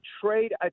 trade